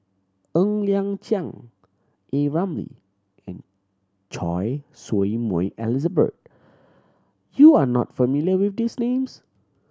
Ng Liang Chiang A Ramli and Choy Su Moi Elizabeth you are not familiar with these names